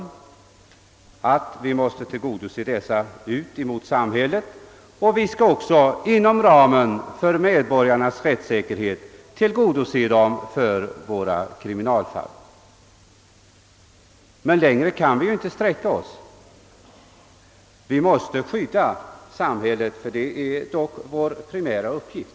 Jag anser alltså att vi måste tillgodose dem gentemot de laglydiga medborgarna i samhället och inom ramen för medborgarnas rättssäkerhet tillgodose dem gentemot kriminalfallen. Längre kan vi inte sträcka oss. Vi måste skydda samhället — det är vår primära uppgift.